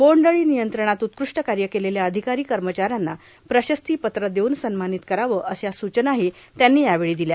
र्वांडअळी नियंत्रणात उत्कृष्ट काय केलेल्या अधिकारां कमचाऱ्यांना प्रशस्तीपत्र देऊन सन्मार्गानत कराव अशा सूचनाही त्यांनी यावेळी र्दिल्या